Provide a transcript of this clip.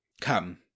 come